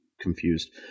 confused